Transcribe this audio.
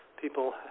people